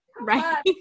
Right